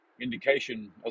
indication